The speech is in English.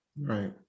Right